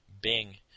bing